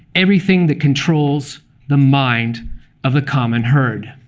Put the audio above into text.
everything that controls the mind of the common herd.